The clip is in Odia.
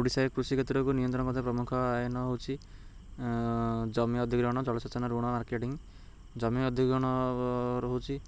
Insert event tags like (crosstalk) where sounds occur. ଓଡ଼ିଶାରେ କୃଷି କ୍ଷେତ୍ରକୁ ନିୟନ୍ତ୍ରଣ (unintelligible) ପ୍ରମୁଖ ଆୟନ ହେଉଛି ଜମି ଅଧିକରଣ ଜଳସେଚନ ଋଣ ମାର୍କେଟିଂ ଜମି ଅଧିକରଣ ରହୁଛି